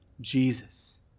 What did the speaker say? Jesus